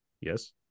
Yes